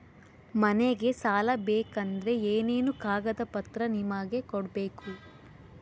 ನಮಗೆ ಸಾಲ ಬೇಕಂದ್ರೆ ಏನೇನು ಕಾಗದ ಪತ್ರ ನಿಮಗೆ ಕೊಡ್ಬೇಕು?